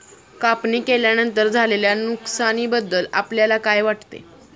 कापणी केल्यानंतर झालेल्या नुकसानीबद्दल आपल्याला काय वाटते?